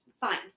fine